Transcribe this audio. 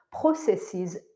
processes